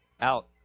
out